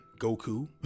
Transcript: Goku